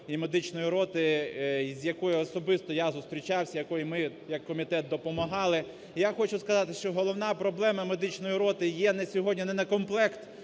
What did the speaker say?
і медичної роти з якою особисто я зустрічався, якій ми як комітет допомагали. І я хочу сказати, що головна проблема медичної роти є на сьогодні не некомплект